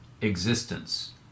existence